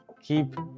keep